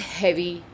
heavy